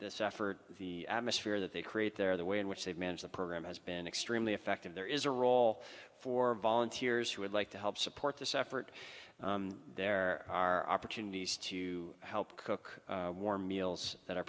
this effort the atmosphere that they create there the way in which they manage the program has been extremely effective there is a role for volunteers who would like to help support this effort there are opportunities to help cook warm meals that are